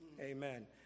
amen